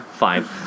fine